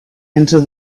into